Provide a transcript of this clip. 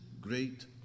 great